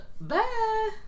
bye